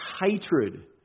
hatred